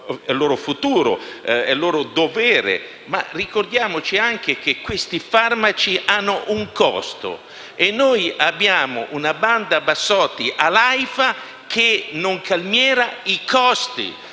del loro futuro ed è loro dovere. Ma ricordiamoci anche che questi farmaci hanno un costo e noi abbiamo una banda bassotti all'AIFA che non calmiera i costi.